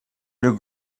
knew